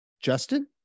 Justin